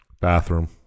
Bathroom